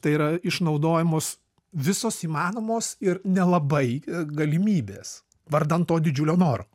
tai yra išnaudojamos visos įmanomos ir nelabai galimybės vardan to didžiulio noro